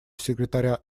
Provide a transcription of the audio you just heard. секретаря